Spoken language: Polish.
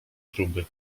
próby